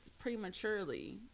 Prematurely